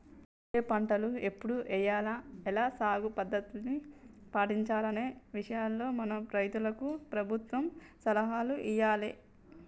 ఏఏ పంటలు ఎప్పుడు ఎయ్యాల, ఎలా సాగు పద్ధతుల్ని పాటించాలనే విషయాల్లో మన రైతులకు ప్రభుత్వం సలహాలు ఇయ్యాలే